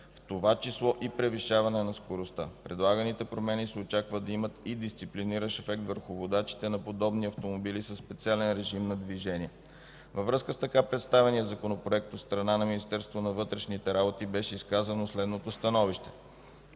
в това число и превишаване на скоростта. Предлаганите промени се очаква да имат и дисциплиниращ ефект върху водачите на подобни автомобили със специален режим на движение. Във връзка с така представения Законопроект от страна на Министерството на вътрешните работи беше изказано следното становище: